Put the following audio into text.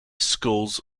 schools